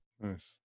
Nice